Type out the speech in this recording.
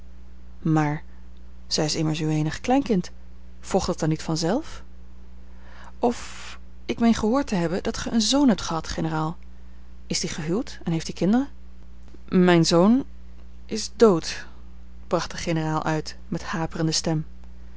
maar zij is immers uw eenig kleinkind volgt dat dan niet vanzelf of ik meen gehoord te hebben dat gij een zoon hebt gehad generaal is die gehuwd en heeft die kinderen mijn zoon is dood bracht de generaal uit met haperende stem